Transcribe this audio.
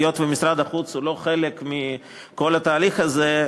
היות שמשרד החוץ הוא לא חלק מכל התהליך הזה,